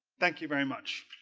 thank you very much